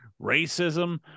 racism